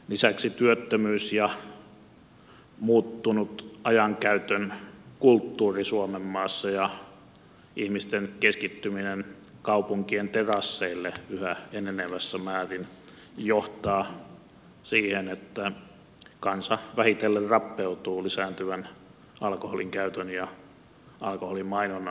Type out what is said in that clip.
lisäksi työttömyys ja muuttunut ajankäytön kulttuuri suomen maassa ja ihmisten keskittyminen kaupunkien terasseille yhä enenevässä määrin johtaa siihen että kansa vähitellen rappeutuu lisääntyvän alkoholinkäytön ja alkoholimainonnan myötä